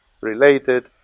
related